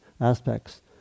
aspects